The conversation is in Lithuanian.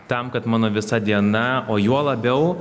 tam kad mano visa diena o juo labiau